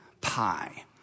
pie